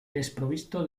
desprovisto